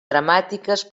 dramàtiques